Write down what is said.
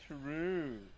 True